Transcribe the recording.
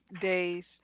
days